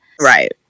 Right